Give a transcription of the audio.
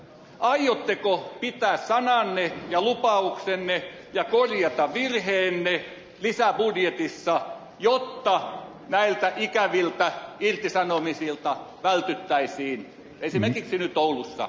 aiotteko pitää sananne ja lupauksenne ja korjata virheenne lisäbudjetissa jotta näiltä ikäviltä irtisanomisilta vältyttäisiin esimerkiksi nyt oulussa